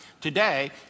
Today